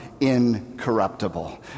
incorruptible